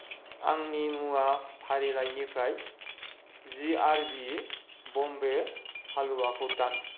आंनि मुवा फारिलाइनिफ्राय G R B Bombay halwa खौ दान